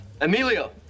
Emilio